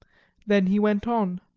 then he went on